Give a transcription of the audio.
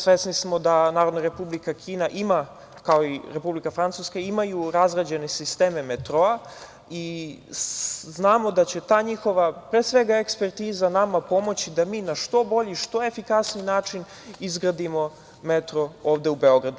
Svesni smo da Narodna Republika Kina ima, kao i Republika Francuska, imaju razrađene sisteme metroa i znamo da će ta njihova, pre svega, ekspertiza nama pomoći da na što bolji i što efikasniji način izgradimo metro ovde u Beogradu.